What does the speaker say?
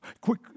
Quick